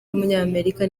w’umunyamerika